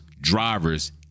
drivers